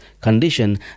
condition